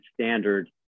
standard